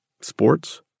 sports